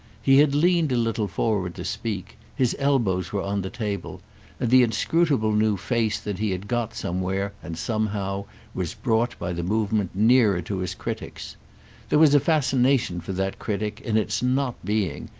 he had leaned a little forward to speak his elbows were on the table and the inscrutable new face that he had got somewhere and somehow was brought by the movement nearer to his critics there was a fascination for that critic in its not being,